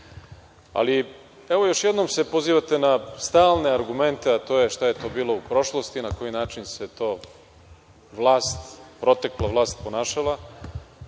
to. Još jednom se pozivate na stalne argumente, a to je šta je to bilo u prošlosti, na koji način se to vlast ponašala.